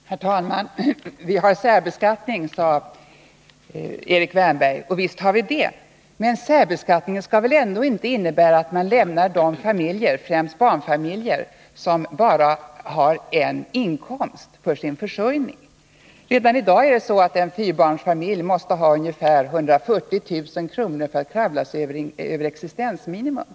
Herr talman! Vi har särbeskattning, sade Erik Wärnberg. Visst har vi det, men den skall väl ändå inte innebära att man bortser från de familjer, främst barnfamiljer, som bara har en inkomst för sin försörjning? Redan i dag är det så att inkomsten för en fyrabarnsfamilj med endast en inkomst måste ligga på ungefär 140 000 kr. för att familjen skall kravla sig över existensminimum.